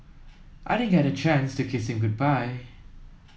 I didn't get a chance to kiss him goodbye